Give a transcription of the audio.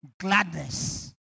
Gladness